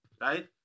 right